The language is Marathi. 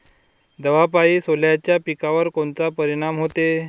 दवापायी सोल्याच्या पिकावर कोनचा परिनाम व्हते?